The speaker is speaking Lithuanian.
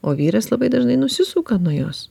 o vyras labai dažnai nusisuka nuo jos